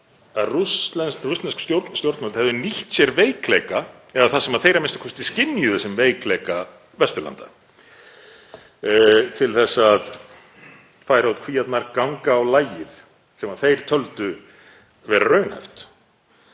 að rússnesk stjórnvöld hefðu nýtt sér veikleika, eða það sem þeir a.m.k. skynjuðu sem veikleika Vesturlanda, til að færa út kvíarnar, ganga á lagið sem þeir töldu vera raunhæft